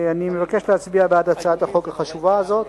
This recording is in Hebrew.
אני מבקש להצביע בעד הצעת החוק החשובה הזאת.